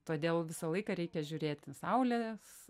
todėl visą laiką reikia žiūrėt ten saulės